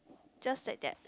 just like that